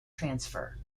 transfer